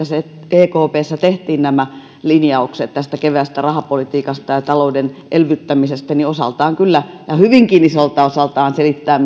ekpssä tehtiin nämä linjaukset tästä keveästä rahapolitiikasta ja talouden elvyttämisestä osaltaan kyllä ja hyvinkin isolta osaltaan selittää